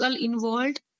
involved